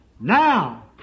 Now